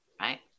right